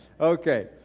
Okay